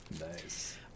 Nice